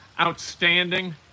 outstanding